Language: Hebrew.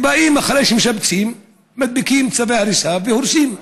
אחרי שמשפצים באים, מדביקים צווי הריסה, והורסים.